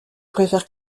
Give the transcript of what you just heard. préfère